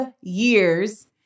years